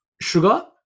sugar